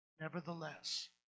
Nevertheless